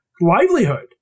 livelihood